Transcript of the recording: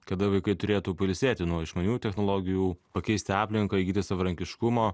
kada vaikai turėtų pailsėti nuo išmaniųjų technologijų pakeisti aplinką įgyti savarankiškumo